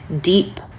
deep